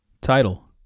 Title